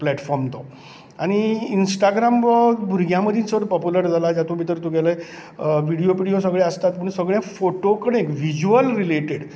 platform तो आनी Instagram हो भुरग्यां मदीं चड पोपुलर जाला जातूंत भितर तुगेले विडियो बिडयो बी सगळे आसतात पूण सगळे फोटो कडेन विजुअल रिलेटेड